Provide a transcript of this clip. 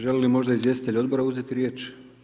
Želi li možda izvjestitelj odbora uzeti riječ?